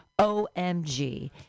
OMG